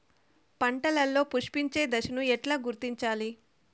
పంటలలో పుష్పించే దశను ఎట్లా గుర్తించాలి?